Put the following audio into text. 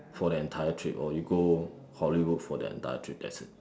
for the entire trip or you go Hollywood for the entire trip that's it